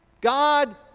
God